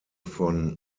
von